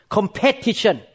Competition